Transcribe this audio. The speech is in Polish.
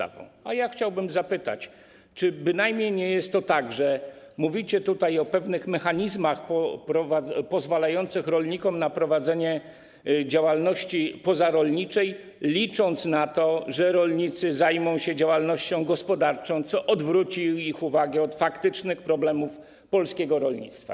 A ja chciałbym zapytać, czy nie jest tak, że mówicie o pewnych mechanizmach pozwalających rolnikom na prowadzenie działalności pozarolniczej, licząc na to, że rolnicy zajmą się działalnością gospodarczą, co odwróci ich uwagę od faktycznych problemów polskiego rolnictwa.